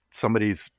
somebody's